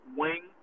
wing